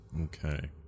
Okay